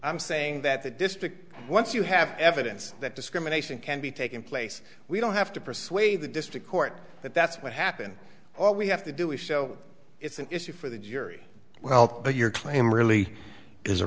i'm saying that the district once you have evidence that discrimination can be taken place we don't have to persuade the district court that that's what happened all we have to do is show it's an issue for the jury well but your claim really is a